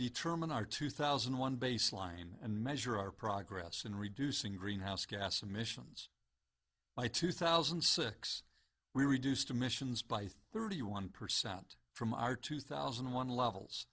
determine our two thousand and one baseline and measure our progress in reducing greenhouse gas emissions by two thousand and six we reduced emissions by thirty one percent from our two thousand and one levels